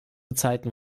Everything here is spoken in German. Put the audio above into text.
zeiten